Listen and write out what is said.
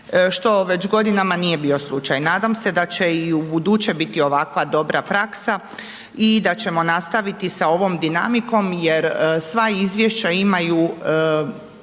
što već godinama nije bio slučaj. Nadam se da će i ubuduće biti ovakva dobra praksa i da ćemo nastaviti sa ovom dinamikom jer sva izvješća imaju